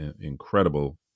incredible